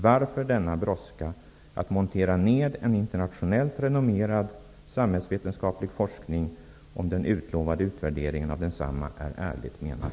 Varför denna brådska att montera ned en internationellt renommerad samhällsvetenskaplig forskning, om den utlovade utvärderingen av densamma är ärligt menad?